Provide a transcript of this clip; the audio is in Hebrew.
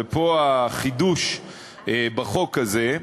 ופה החידוש בחוק הזה,